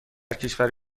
کشور